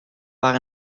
waar